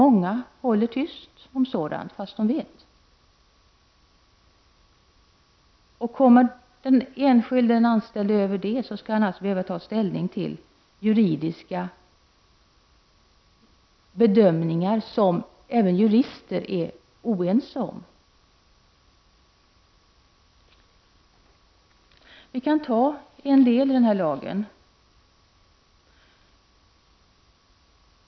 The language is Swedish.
Många håller tyst om sådana saker fastän de känner till dem. Kommer den anställde över dessa hinder, skall han således behöva ta ställning till juridiska frågor som även jurister är oense om. Vi kan ta en del av lagen som exempel.